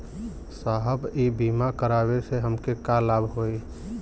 साहब इ बीमा करावे से हमके का लाभ होई?